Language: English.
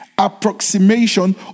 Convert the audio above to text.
approximation